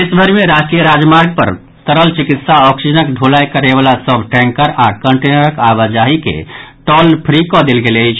देश भरि मे राष्ट्रीय राजमार्ग पर तरल चिकित्सा ऑक्सीजनक दुलाई करयवाला सभ टैंकर आओर कंटेनरक आबाजाही के टॉल फ्री कऽ देल गेल अछि